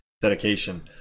dedication